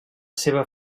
seva